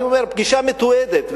אני אומר, פגישה מתועדת.